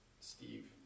Steve